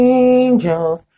angels